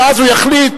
ואז הוא יחליט,